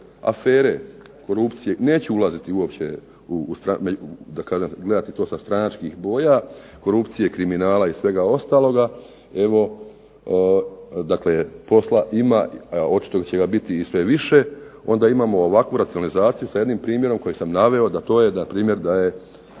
afere, korupcije. Neću ulaziti uopće kada gledate to sa stranačkih boja korupcije, kriminala i svega ostaloga evo dakle posla ima a očito će ga biti i sve više onda imamo ovakvu racionalizaciju sa jednim primjerom kojeg sam naveo da to je na primjer da je